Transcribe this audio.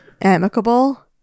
amicable